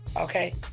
okay